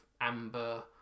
amber